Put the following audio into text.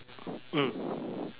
mm